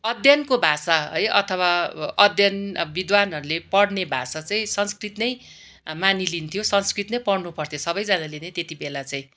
अध्ययनको भाषा है अथवा अध्ययन विद्वानहरूले पढ्ने भाषा चाहिँ संस्कृत नै मानिलिन्थ्यो संस्कृत नै पढ्नु पर्थ्यो सबैजनाले नै त्यतिबेला चाहिँ